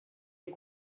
est